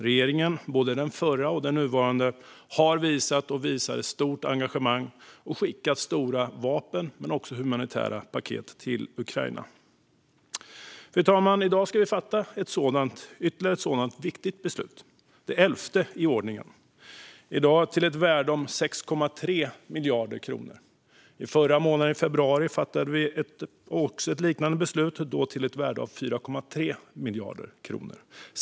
Regeringen, både den förra och den nuvarande, har visat och visar ett stort engagemang och har skickat stora vapenpaket och humanitära paket till Ukraina. Fru talman! I dag ska vi fatta ytterligare ett sådant viktigt beslut, det elfte i ordningen, i dag till ett värde av 6,3 miljarder kronor. I februari fattade vi ett liknande beslut, då till ett värde av 4,3 miljarder kronor.